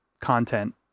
content